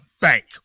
bank